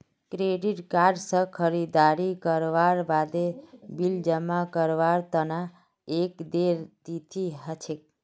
credit card स खरीददारी करवार बादे बिल जमा करवार तना एक देय तिथि ह छेक